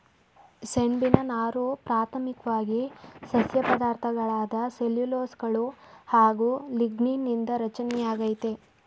ಸೆಣ್ಬಿನ ನಾರು ಪ್ರಾಥಮಿಕ್ವಾಗಿ ಸಸ್ಯ ಪದಾರ್ಥಗಳಾದ ಸೆಲ್ಯುಲೋಸ್ಗಳು ಹಾಗು ಲಿಗ್ನೀನ್ ನಿಂದ ರಚನೆಯಾಗೈತೆ